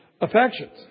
affections